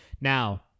Now